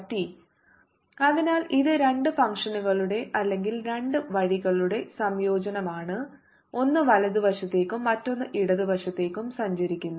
A2i ei πxLωt A2i ei πxLωt അതിനാൽ ഇത് രണ്ട് ഫംഗ്ഷനുകളുടെ അല്ലെങ്കിൽ രണ്ട് വഴികളുടെ സംയോജനമാണ് ഒന്ന് വലതുവശത്തേക്കും മറ്റൊന്ന് ഇടതുവശത്തേക്കും സഞ്ചരിക്കുന്നു